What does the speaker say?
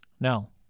No